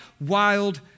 wild